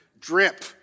drip